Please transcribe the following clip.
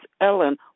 Ellen